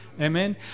Amen